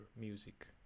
music